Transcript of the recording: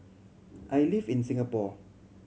I live in Singapore